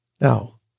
Now